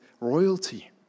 royalty